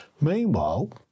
Meanwhile